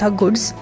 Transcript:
goods